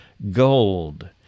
gold